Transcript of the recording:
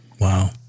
Wow